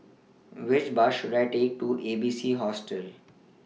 Which Bus should I Take to A B C Hostel